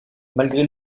malgré